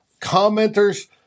commenters